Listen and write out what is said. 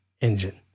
Engine